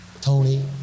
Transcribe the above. Tony